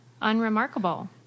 unremarkable